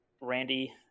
Randy